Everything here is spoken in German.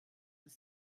des